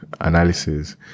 analysis